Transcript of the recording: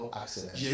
accident